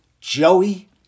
Joey